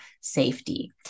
safety